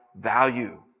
value